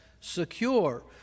secure